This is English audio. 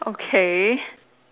okay